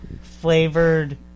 flavored